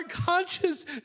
Conscious